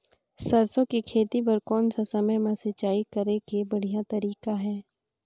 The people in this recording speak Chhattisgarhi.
सरसो के खेती बार कोन सा समय मां सिंचाई करे के बढ़िया तारीक हे?